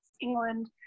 England